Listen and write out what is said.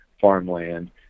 farmland